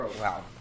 Wow